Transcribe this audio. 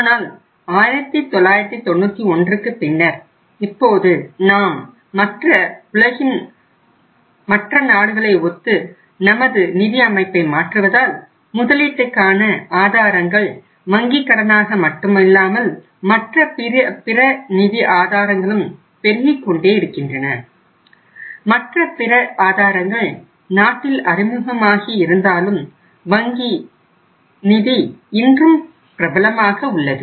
ஆனால் 1991 க்கு பின்னர் இப்போது நாம் உலகின் மற்ற நாடுகளை ஒத்து நமது நிதி அமைப்பை மாற்றுவதால் முதலீட்டுக்கான ஆதாரங்கள் வங்கி கடனாக மட்டும் இல்லாமல் மற்ற பிற நிதி ஆதாரங்களாகவும் பெருகிக்கொண்டே இருக்கின்றன மற்ற பிற ஆதாரங்கள் நாட்டில் அறிமுகமாகி இருந்தாலும் வங்கி நிதி இன்றும் பிரபலமாக உள்ளது